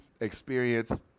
experience